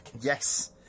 Yes